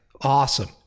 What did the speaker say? Awesome